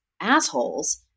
assholes